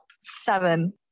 seven